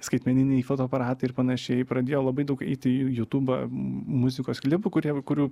skaitmeniniai fotoaparatai ir panašiai pradėjo labai daug eit į jutubą muzikos klipų kurie kurių